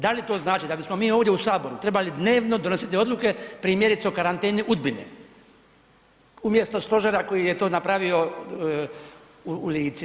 Da li to znači da bismo mi ovdje u Saboru trebali dnevno donositi odluke primjerice o karanteni Udbine umjesto stožera koji je to napravio u Lici?